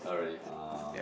oh really [oh}